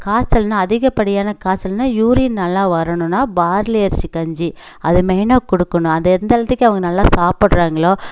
இப்போ காய்ச்சல்னால் அதிகப்படியான காய்ச்சல்னால் யூரின் நல்லா வரணுனால் பார்லி அரசி கஞ்சி அதை மெயினாக கொடுக்கணும் அது எந்த ஹெல்திக்கு அவங்க நல்லா சாப்பிட்றாங்களோ